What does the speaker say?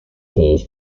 close